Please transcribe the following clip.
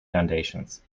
foundations